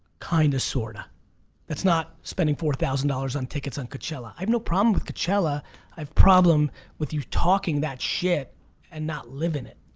kind of sorta that's not spending four thousand dollars on tickets on coachella i have no problem with coachella i've problem with you talking that shit and not living it.